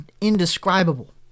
indescribable